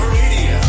radio